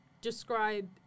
describe